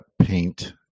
paint